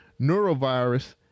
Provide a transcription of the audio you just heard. neurovirus